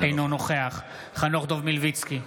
אינו נוכח חנוך דב מלביצקי,